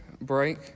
break